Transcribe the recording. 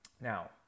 now